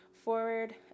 Forward